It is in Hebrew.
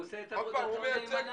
הוא עושה את עבודתו נאמנה.